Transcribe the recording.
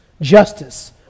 justice